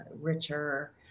richer